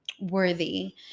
worthy